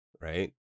right